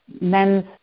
men's